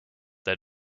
they